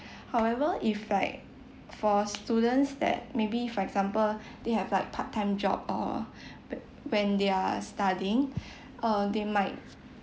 however if like for students that maybe for example they have like part time job or wh~ when they are studying uh they might